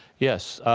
yes,